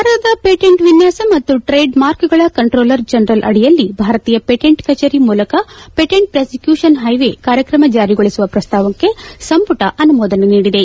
ಭಾರತದ ಪೇಟೆಂಟ್ ವಿನ್ನಾಸ ಮತ್ತು ಟ್ರೆಡ್ ಮಾರ್ಕ್ಗಳ ಕಂಟ್ರೋಲರ್ ಜನರಲ್ ಅಡಿಯಲ್ಲಿ ಭಾರತೀಯ ಪೇಟೆಂಟ್ ಕಚೇರಿ ಮೂಲಕ ಪೇಟೆಂಟ್ ಪ್ರಾಸಿಕ್ಕೂಪನ್ ಹೈವೇ ಕಾರ್ಯಕ್ರಮ ಜಾರಿಗೊಳಿಸುವ ಪ್ರಸ್ತಾವಕ್ಕೆ ಸಂಪುಟ ಅನುಮೋದನೆ ನೀಡಿದೆ